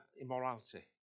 immorality